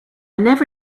never